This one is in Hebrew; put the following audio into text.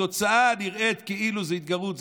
התוצאה נראית כאילו זה התגרות.